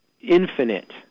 infinite